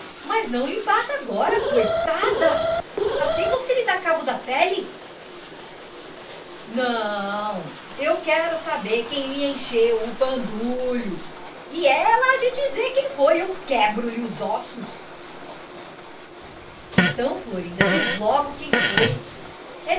mas não lhe bata agora coitada assim você lhe dá cabo da pele não eu quero saber quem lhe encheu o bandulho e ela há de dizer quem foi ou quebro lhe os ossos então florinda diz logo quem foi